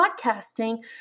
podcasting